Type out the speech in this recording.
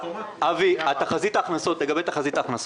אבי, לגבי תחזית ההכנסות.